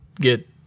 get